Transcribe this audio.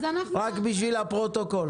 רק בשביל הפרוטוקול.